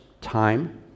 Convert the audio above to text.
time